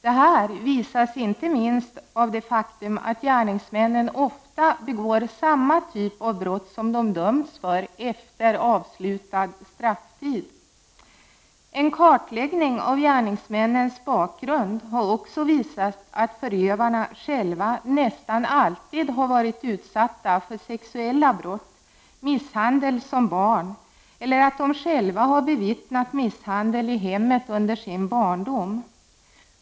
Detta visas inte minst av det faktum att gärningsmännen ofta begår samma typ av brott som de dömts för efter avslutad strafftid. En kartläggning av gärningsmännens bakgrund har också visat att förövarna själva nästan alltid har varit utsatta för sexuella brott eller misshandel som barn eller att de själva bevittnat misshandel i hemmet under sin barndom.